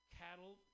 cattle